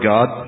God